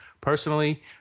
Personally